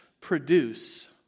produce